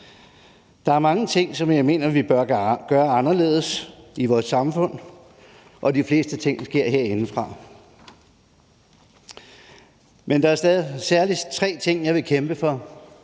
Der er mange ting, som jeg mener vi bør gøre anderledes i vores samfund, og de fleste ting sker herindefra. Men der er særlig tre ting, jeg vil kæmpe for.